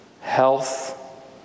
health